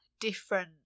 different